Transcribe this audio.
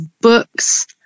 books